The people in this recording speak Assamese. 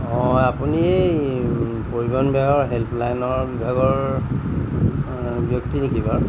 অঁ আপুনি এই পৰিবহণ বিভাগৰ হেল্পলাইনৰ বিভাগৰ ব্যক্তি নেকি বাৰু